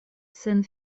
sen